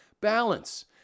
balance